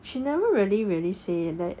she never really really say that